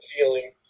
feeling